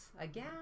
again